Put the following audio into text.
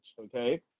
Okay